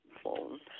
phone